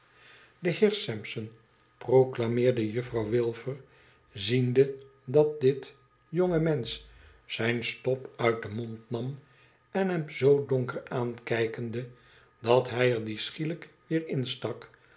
de heer sampson proclameerde juffrouw wilfer ziende dat dit jonge mensch zijne stop uit zijn mond nam en hem zoo donker aankijkende dat hij er dien schierlijk weer in stak